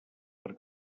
per